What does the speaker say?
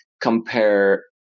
compare